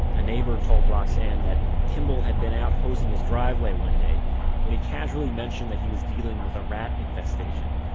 a neighbor told roxane that kimball had been out hosing the driveway one day when he casually mentioned that he was dealing with a rat infestation,